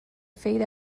fade